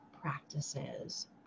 practices